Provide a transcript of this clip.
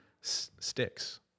sticks